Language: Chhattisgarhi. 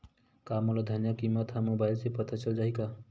का मोला धनिया किमत ह मुबाइल से पता चल जाही का?